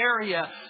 area